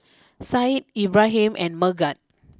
Said Ibrahim and Megat